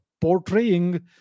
portraying